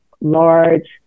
large